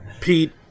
Pete